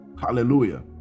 Hallelujah